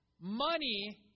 money